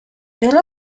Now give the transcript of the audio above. there